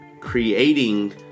Creating